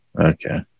Okay